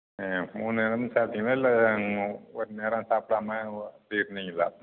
ஆ மூண்நேரமும் சாப்பிடிங்களா இல்லை ஒரு நேரம் சாப்பிடாம ஓ அப்டே இருந்திங்களா